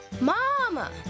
Mama